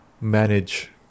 manage